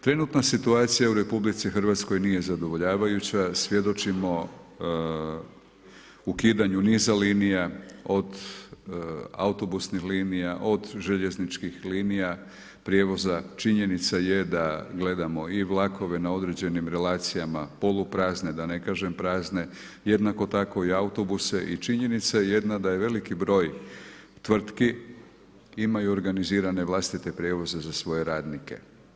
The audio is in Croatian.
Trenutna situacija u RH nije zadovoljavajuća, svjedočimo ukidanju niza linija od autobusnih linija, od željezničkih linija prijevoza, činjenica je da gledamo i vlakove na određenim relacijama poluprazne, da ne kažem prazne, jednako tako i autobuse i činjenica jedna da je veliki broj tvrtki imaju organizirane vlastite prijevoze za svoje radnike.